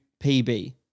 PB